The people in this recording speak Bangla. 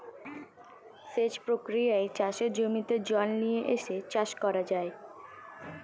সেচ প্রক্রিয়ায় চাষের জমিতে জল নিয়ে এসে চাষ করা যায়